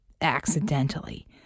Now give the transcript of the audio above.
accidentally